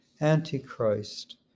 antichrist